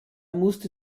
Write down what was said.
musste